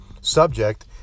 subject